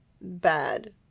bad